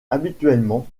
habituellement